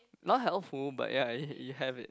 not helpful but ya you you have it